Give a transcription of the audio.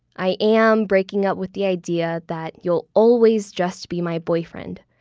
i am breaking up with the idea that you'll always just be my boyfriend.